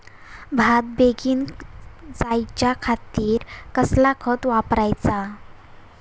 वाढ बेगीन जायच्या खातीर कसला खत वापराचा?